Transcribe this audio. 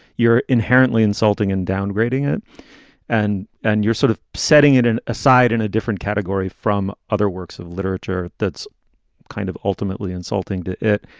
you're inherently insulting and downgrading it and and you're sort of setting it an aside in a different category from other works of literature. that's kind of ultimately insulting to it.